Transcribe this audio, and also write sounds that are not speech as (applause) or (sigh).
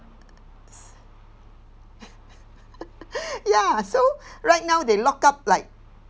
(laughs) ya so right now they lockup like